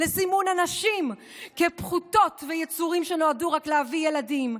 לסימון הנשים כפחותות ויצורים שנועדו רק להביא ילדים,